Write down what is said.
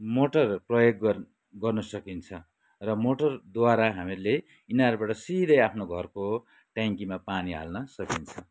motor प्रयोग गर् गर्न सकिन्छ र मोटरद्वारा हामीहरूले इनारबाट सिधै आफ्नो घरको ट्याङ्कीमा पानी हाल्न सकिन्छ